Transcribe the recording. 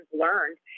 learned